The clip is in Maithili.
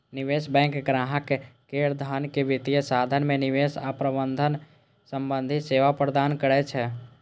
निवेश बैंक ग्राहक केर धन के वित्तीय साधन मे निवेश आ प्रबंधन संबंधी सेवा प्रदान करै छै